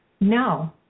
No